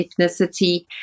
ethnicity